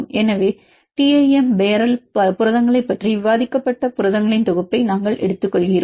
எனவே TIM barrel புரதங்களைப் பற்றி விவாதிக்கப்பட்ட புரதங்களின் தொகுப்பை நாங்கள் எடுத்துக்கொள்கிறோம்